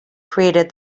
created